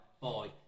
bye